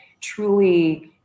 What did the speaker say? truly